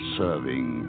serving